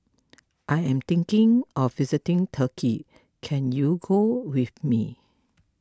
I am thinking of visiting Turkey can you go with me